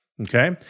Okay